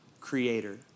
creator